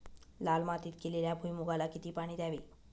लाल मातीत केलेल्या भुईमूगाला किती पाणी द्यावे?